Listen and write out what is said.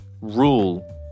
rule